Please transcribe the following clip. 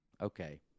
okay